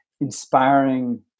inspiring